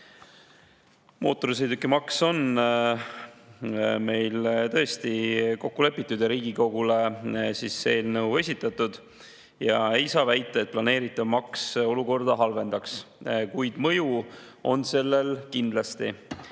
Mootorsõidukimaks on meil tõesti kokku lepitud ja eelnõu on Riigikogule esitatud. Ei saa väita, et planeeritav maks olukorda halvendab, kuid mõju on sellel kindlasti.